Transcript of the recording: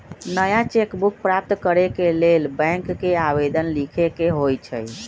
नया cheque book प्राप्त करेके लेल बैंक के आवेदन लीखे के होइ छइ